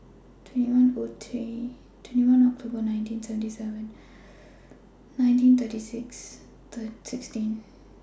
twenty First October nineteen seventy seven nineteen thirty six sixteen